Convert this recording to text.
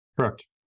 Correct